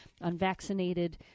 unvaccinated